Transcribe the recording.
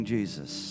Jesus